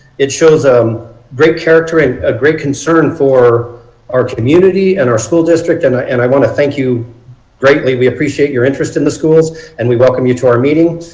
it shows um great character and a great concern for our community and our school district and and i want to thank you greatly, we appreciate your interest in the schools and we welcome you to our meeting.